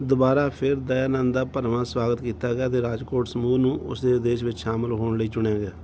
ਦੁਬਾਰਾ ਫੇਰ ਦਯਾਨੰਦ ਦਾ ਭਰਵਾਂ ਸਵਾਗਤ ਕੀਤਾ ਗਿਆ ਅਤੇ ਰਾਜਕੋਟ ਸਮੂਹ ਨੂੰ ਉਸ ਦੇ ਉਦੇਸ਼ ਵਿੱਚ ਸ਼ਾਮਲ ਹੋਣ ਲਈ ਚੁਣਿਆ ਗਿਆ